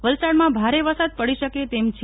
વલસાડમાં ભારે વરસાદ પડી શકે તેમ છે